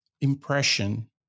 impression